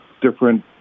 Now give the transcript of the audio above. different